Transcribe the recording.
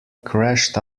crashed